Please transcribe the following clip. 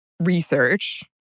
Research